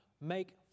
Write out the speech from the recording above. make